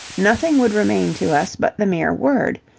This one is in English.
nothing would remain to us but the mere word,